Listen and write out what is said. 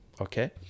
okay